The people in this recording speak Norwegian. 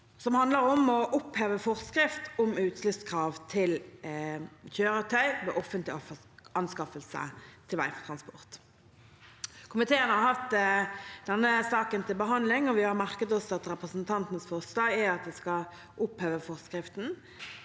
Gulati om å oppheve forskrift om utslippskrav til kjøretøy ved offentlige anskaffelser til veitransport. Komiteen har hatt denne saken til behandling. Vi har merket oss at representantenes forslag er at vi skal oppheve forskriften,